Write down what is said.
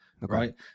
right